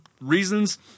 reasons